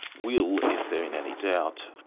will if they're in any doubt,